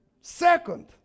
Second